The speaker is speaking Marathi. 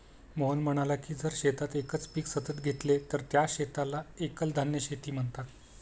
मोहन म्हणाला की जर शेतात एकच पीक सतत घेतले तर त्या शेताला एकल धान्य शेती म्हणतात